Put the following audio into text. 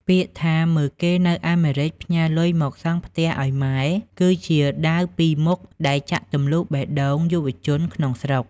ពាក្យថា "មើលគេនៅអាមេរិកផ្ញើលុយមកសង់ផ្ទះឱ្យម៉ែ" គឺជាដាវពីរមុខដែលចាក់ទម្លុះបេះដូងយុវជនក្នុងស្រុក។